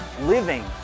living